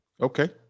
Okay